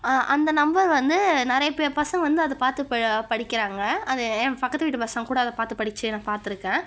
அந்த நம்பர் வந்து நிறைய பே பசங்கள் வந்து அதை பார்த்து ப படிக்கிறாங்க அது என் பக்கத்து வீட்டு பசங்கள் கூட அதை பார்த்து படிச்சு நான் பார்த்துருக்கேன்